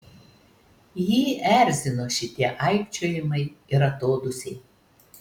jį erzino šitie aikčiojimai ir atodūsiai